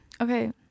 Okay